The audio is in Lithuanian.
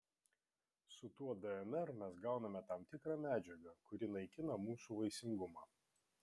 su tuo dnr mes gauname tam tikrą medžiagą kuri naikina mūsų vaisingumą